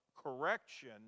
correction